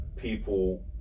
people